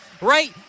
right